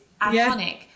iconic